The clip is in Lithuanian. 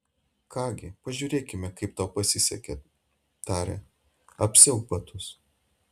ką gi pažiūrėkime kaip tau pasisekė tarė apsiauk batus